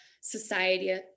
society